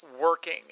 working